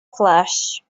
flesh